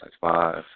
five